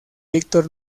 victor